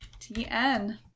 TN